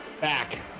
back